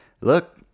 look